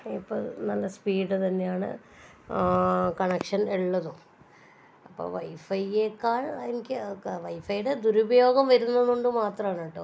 ഇപ്പോൾ നല്ല സ്പീഡ് തന്നെയാണ് കണക്ഷൻ ഉള്ളതും അപ്പോൾ വൈഫൈയേക്കാൾ എനിക്ക് വൈഫയുടെ ദുരുപയോഗം വരുന്നതുകൊണ്ട് മാത്രാമാണ് കേട്ടോ